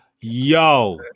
Yo